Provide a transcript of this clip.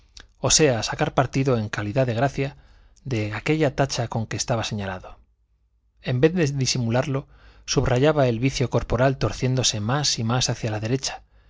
o sea sacar partido en calidad de gracia de aquella tacha con que estaba señalado en vez de disimularlo subrayaba el vicio corporal torciéndose más y más hacia la derecha